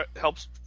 helps